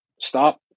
stop